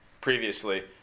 previously